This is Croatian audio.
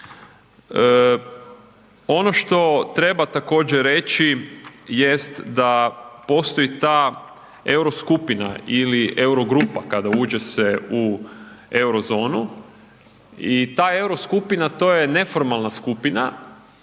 Ono što treba također reći jest da postoji ta euro skupina ili euro grupa kada uđe se u euro zonu i ta euro skupina to je neformalna skupina